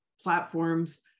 platforms